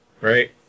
right